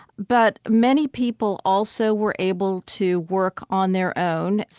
but many people also were able to work on their own,